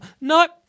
Nope